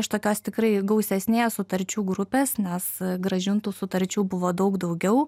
iš tokios tikrai gausesnės sutarčių grupės nes grąžintų sutarčių buvo daug daugiau